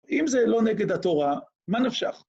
אם זה לא נגד התורה, מה נפשך?